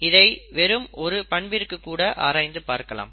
இதை வெறும் ஒரு பண்பிற்கு கூட ஆராய்ந்து பார்க்கலாம்